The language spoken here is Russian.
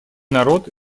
народ